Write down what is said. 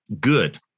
good